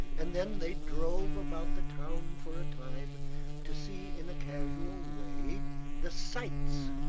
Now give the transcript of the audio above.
and then they drove about the town for a time to see in a casual way the sights.